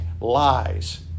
lies